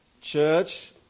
church